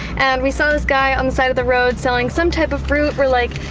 and we saw this guy on the side of the road selling some type of fruit. we're like.